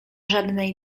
żadnej